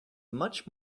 much